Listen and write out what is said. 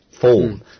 form